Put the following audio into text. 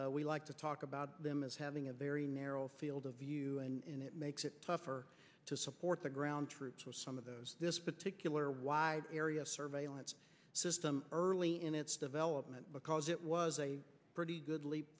know we like to talk about them as having a very narrow field of view and it makes it tougher to support the ground troops with some of those this particular wide area surveillance system early in its development because it was a pretty good leap